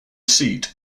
seat